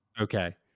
okay